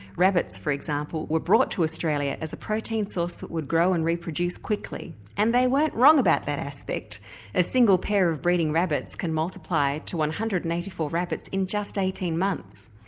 rabbits, for example, were brought to australia as a protein source that would grow and reproduce quickly. and they weren't wrong about that aspect a single pair of breeding rabbits can multiply to one hundred and eighty four rabbits in just eighteen months.